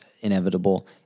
inevitable